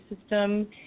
system